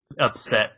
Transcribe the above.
upset